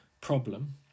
problem